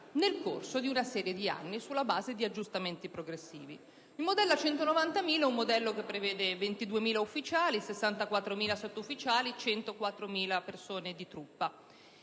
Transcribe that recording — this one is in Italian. nel corso di un certo numero di anni e sulla base di aggiustamenti progressivi. Il modello a 190.000 unità prevede 22.000 ufficiali, 64.000 sottufficiali, 104.000 unità di truppa.